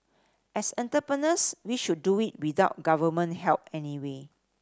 as entrepreneurs we should do it without Government help anyway